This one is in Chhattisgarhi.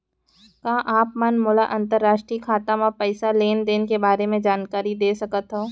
का आप मन मोला अंतरराष्ट्रीय खाता म पइसा लेन देन के बारे म जानकारी दे सकथव?